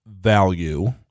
value